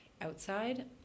outside